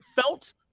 felt